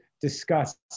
discuss